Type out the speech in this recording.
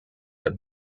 that